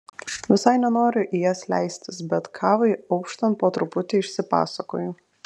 visai nenoriu į jas leistis bet kavai auštant po truputį išsipasakoju